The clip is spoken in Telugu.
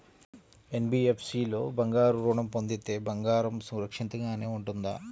ఎన్.బీ.ఎఫ్.సి లో బంగారు ఋణం పొందితే బంగారం సురక్షితంగానే ఉంటుందా?